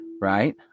right